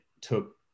took